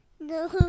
No